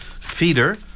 feeder